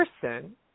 person